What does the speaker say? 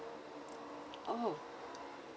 oh